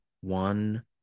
one